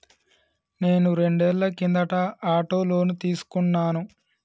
నేను రెండేళ్ల కిందట ఆటో లోను తీసుకున్నాను